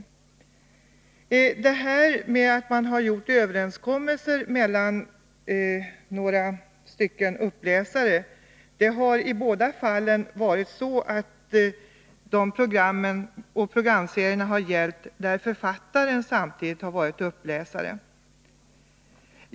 När det gäller de program och programserier där man träffat överenskommelser med några uppläsare har det i båda fallen varit författarna som varit uppläsare.